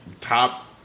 top